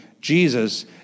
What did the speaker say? Jesus